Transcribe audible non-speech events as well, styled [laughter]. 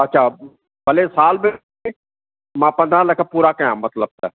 अच्छा भले साल बि [unintelligible] मां पंद्रहं लख पूरा कयां मतिलबु त